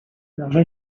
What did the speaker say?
émergea